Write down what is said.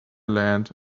land